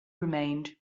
remained